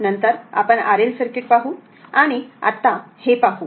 नंतर आपण R L circuit पाहू आणि आत्ता हे पाहू